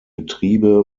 getriebe